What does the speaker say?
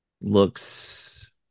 looks